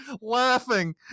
laughing